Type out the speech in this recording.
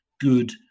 good